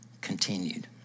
continued